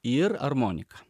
ir armonika